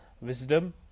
Wisdom